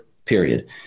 Period